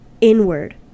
inward